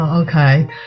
Okay